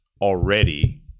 already